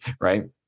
right